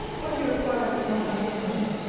what he requires is not unreasonable,